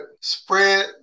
spread